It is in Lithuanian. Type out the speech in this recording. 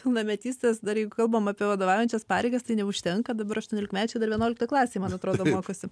pilnametystės dar jeigu kalbam apie vadovaujančias pareigas tai neužtenka dabar aštuoniolikmečiai dar vienuoliktoj klasėj man atrodo mokosi